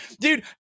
Dude